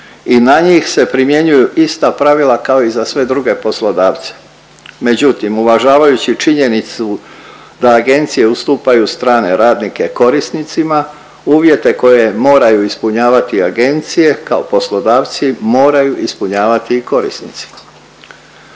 i na njih se primjenjuju ista pravila kao i za sve druge poslodavce. Međutim, uvažavajući činjenicu da agencije ustupaju strane radnike korisnicima uvjete koje moraju ispunjavati agencije kao poslodavci moraju ispunjavati i korisnici.